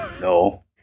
No